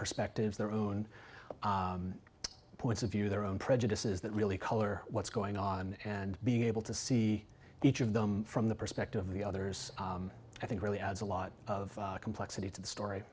perspectives their own points of view their own prejudices that really color what's going on and being able to see each of them from the perspective of the others i think really adds a lot of complexity to the story